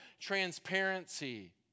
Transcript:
transparency